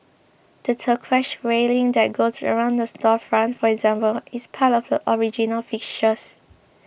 the turquoise railing that goes around the storefront for example is part of the original fixtures